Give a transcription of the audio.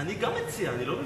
אני גם מציע, אני לא מבין.